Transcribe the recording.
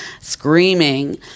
screaming